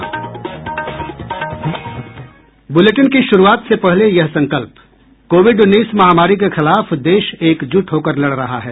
bulletin की शुरूआत से पहले ये संकल्प कोविड उन्नीस महामारी के खिलाफ देश एकजुट होकर लड़ रहा है